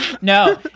no